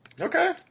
Okay